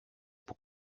που